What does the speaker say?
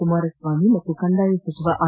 ಕುಮಾರಸ್ವಾಮಿ ಮತ್ತು ಕಂದಾಯ ಸಚಿವ ಆರ್